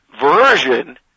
version